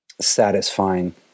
satisfying